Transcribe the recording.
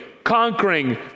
Conquering